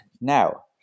now